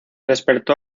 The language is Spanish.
despertó